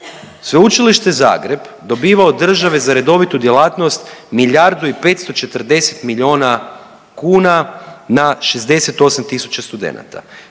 Sveučilište Zagreb dobiva od države za redovitu djelatnost milijardu i 540 milijuna kuna na 68.000 studenata,